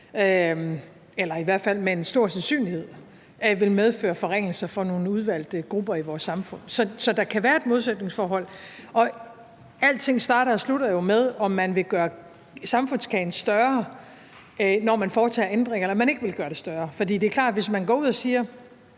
eller i hvert fald med en stor sandsynlighed vil medføre forringelser for nogle udvalgte grupper i vores samfund. Så der kan være et modsætningsforhold. Og alting starter og slutter jo med, om man vil gøre samfundskagen større, når man foretager ændringer, eller om man ikke vil gøre den større. For det er klart, at hvis man går ud og siger,